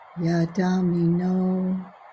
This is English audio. yadamino